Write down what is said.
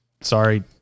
Sorry